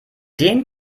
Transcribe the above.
den